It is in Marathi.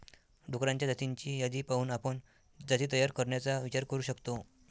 डुक्करांच्या जातींची यादी पाहून आपण जाती तयार करण्याचा विचार करू शकतो